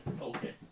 Okay